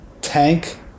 tank